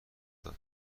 داد